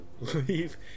leave